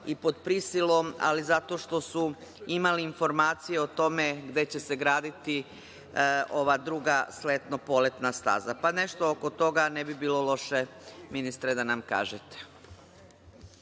i pod prisilom, ali zato što su imali informacije o tome gde će se graditi ova druga sletno-poletna staza. Nešto oko toga ne bi bilo loše, ministre, da nam kažete.